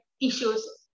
issues